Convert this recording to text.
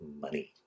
money